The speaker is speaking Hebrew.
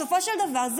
בסופו של דבר,